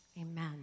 Amen